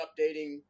updating